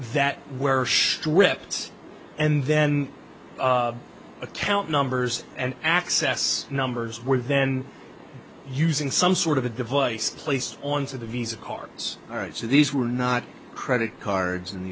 whips and then account numbers and access numbers were then using some sort of a device placed on to the visa cards all right so these were not credit cards